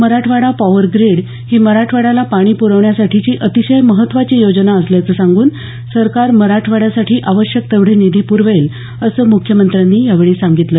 Marathwada power grid ही मराठवाड्याला पाणी प्रवण्यासाठीची अतिशय महत्त्वाची योजना असल्याचं सांगून सरकार मराठवाड्यासाठी आवश्यक तेवढे निधी पुरवेल असं मुख्यमंत्र्यांनी यावेळी सांगितलं